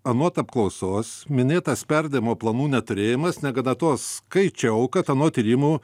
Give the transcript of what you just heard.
anot apklausos minėtas perdavimo planų neturėjimas negana to skaičiau kad anot tyrimų